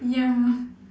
ya